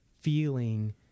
feeling